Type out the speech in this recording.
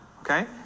okay